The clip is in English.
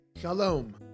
Shalom